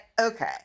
okay